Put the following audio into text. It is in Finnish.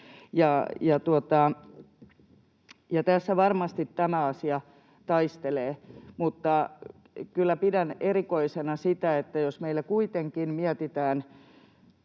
Tässä varmasti nämä asiat taistelevat. Pidän kyllä erikoisena sitä, että jos meillä kuitenkin mietitään